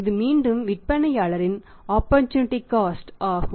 இது மீண்டும் விற்பனையாளரின் ஆப்பர்சூனிட்டி காஸ்ட் ஆகும்